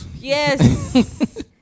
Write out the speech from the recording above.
Yes